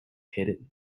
hidden